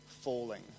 falling